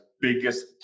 biggest